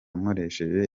nkoresheje